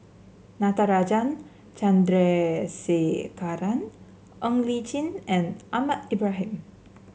Natarajan Chandrasekaran Ng Li Chin and Ahmad Ibrahim